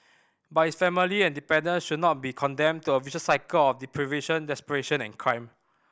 but his family and dependants should not be condemned to a vicious cycle of deprivation desperation and crime